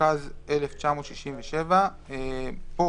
התשכ"ז 1967 התקופה הקובעת השנייה 12 חודשים